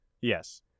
Yes